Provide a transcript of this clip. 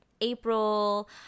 April